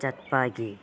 ꯆꯠꯄꯒꯤ